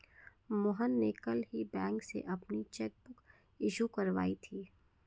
मोहन ने कल ही बैंक से अपनी चैक बुक इश्यू करवाई थी